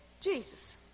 Jesus